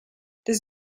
this